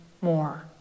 more